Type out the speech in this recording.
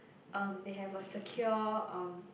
um they have a secure um